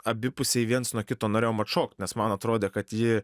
abipusiai viens nuo kito norėjom atšokt nes man atrodė kad ji